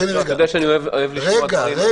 אתה יודע שאני אוהב לשמוע אחרים,